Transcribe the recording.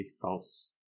false